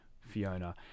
Fiona